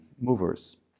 movers